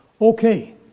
Okay